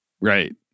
Right